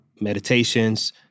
meditations